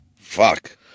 fuck